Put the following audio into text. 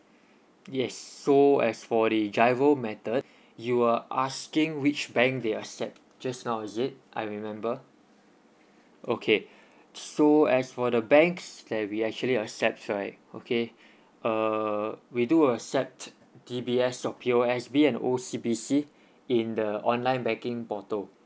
yes so as for the GIRO method you are asking which bank they are set just now is it I remember okay so as for the bank's K_I_V actually accept right okay err we do accept D_B_S or P_O_S_B and O_C_B_C in the online banking portal